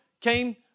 came